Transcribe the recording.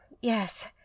yes